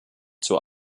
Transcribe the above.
zur